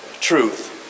truth